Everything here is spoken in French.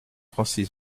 francis